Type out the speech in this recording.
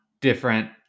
different